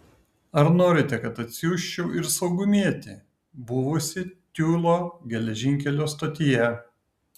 ar norite kad atsiųsčiau ir saugumietį buvusį tiulio geležinkelio stotyje